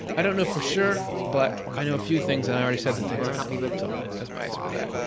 i don't know for sure, but i know a few things and i already said the things i know. so, that's my answer to that.